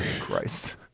Christ